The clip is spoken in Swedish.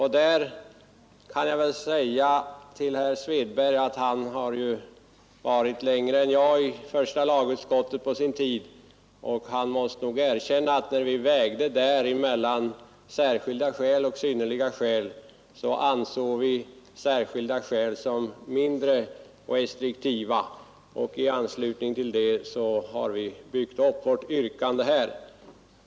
Herr Svedberg var med längre än jag i första lagutskottet på sin tid, och han måste nog erkänna att när vi där vägde mellan ”särskilda skäl” och ”synnerliga skäl”, så ansåg vi ”särskilda skäl” vara en mindre restriktiv formulering. I anslutning till detta har vi byggt upp vårt yrkande här.